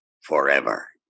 forever